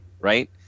right